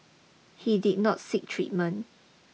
he did not seek treatment